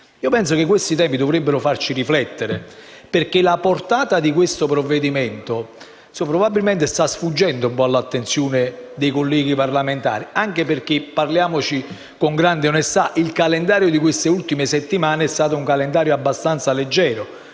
Penso che questi temi dovrebbero farci riflettere, perché la portata di questo provvedimento probabilmente sta sfuggendo all'attenzione dei colleghi parlamentari, anche perché - parliamoci con grande onestà - il calendario di queste ultime settimane è stato abbastanza leggero.